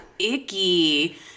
Icky